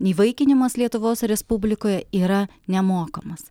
įvaikinimas lietuvos respublikoje yra nemokamas